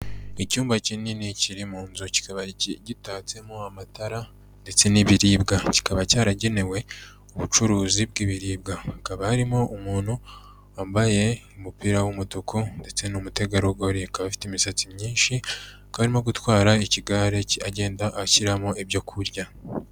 Icyumba kinini kiri mu nzu kikaba gitatsemo amatara ndetse n'ibiribwa, kikaba cyaragenewe ubucuruzi bw'ibiribwa hakaba harimo umuntu wambaye umupira w'umutuku ndetse ni umutegarugori, akaba afite imisatsi myinshi, akaba arimo gutwara ikigare agenda ashyiramo ibyo kurya.